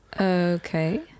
Okay